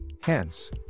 Hence